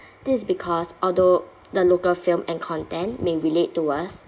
this is because although the local film and content may relate to us